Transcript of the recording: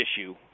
issue